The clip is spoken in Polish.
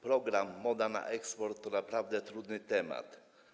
Program „Moda na eksport” to naprawdę trudny temat.